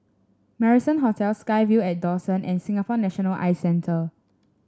Marrison Hotel SkyVille at Dawson and Singapore National Eye Centre